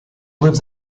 lives